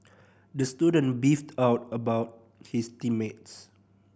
the student beefed of about his team mates